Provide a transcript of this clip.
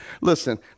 Listen